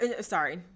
sorry